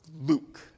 Luke